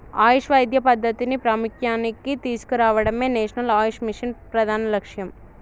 ఆయుష్ వైద్య పద్ధతిని ప్రాముఖ్య్యానికి తీసుకురావడమే నేషనల్ ఆయుష్ మిషన్ ప్రధాన లక్ష్యం